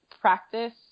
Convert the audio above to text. practice